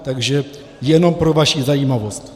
Takže jenom pro vaši zajímavost.